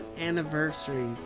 anniversary